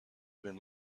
been